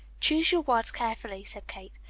choose your words carefully, said kate.